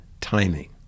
timing